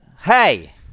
hey